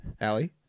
Allie